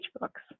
books